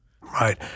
Right